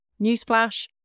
Newsflash